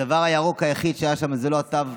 והדבר הירוק היחיד שהיה שם זה לא התו,